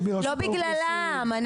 לא בגללם.